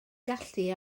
gallu